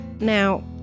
Now